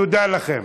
תודה לכם.